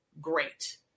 Great